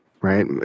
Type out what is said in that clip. Right